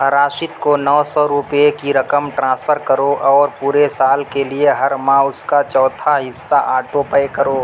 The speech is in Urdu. راشد کو نو سو روپے کی رقم ٹرانسفر کرو اور پورے سال کے لیے ہر ماہ اس کا چوتھا حصہ آٹو پے کرو